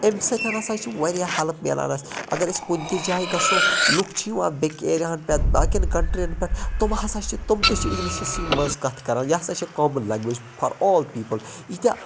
امہِ سۭتۍ ہَسا چھِ واریاہ ہیلَپ مِلان اَسہِ اَگر أسۍ کُنہِ تہِ جایہِ گَژھو لُکھ چھِ یِوان بیکہِ ایریاہَن پٮ۪ٹھ باقٮَ۪ن کَنٹریَن پٮ۪ٹھ تم ہَسا چھِ تم تہِ چھُ اِنگلِشَسی مَنٛز کَتھ کَران یہِ ہَسا چھِ common language for all people ییٖتیاہ